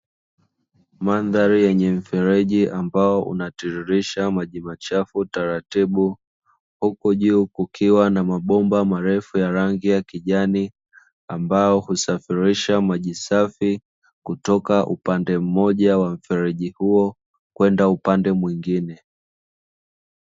Mandhari yenye mfereji ambao unatiririsha maji machafu taratibu huku juu kukiwa na mabomba marefu ya rangi ya kijani; ambao husafirisha maji safi kutoka upande mmoja wa mfereji huo kwenda upande mwingine.